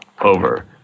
over